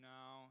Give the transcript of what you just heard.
now